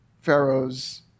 Pharaoh's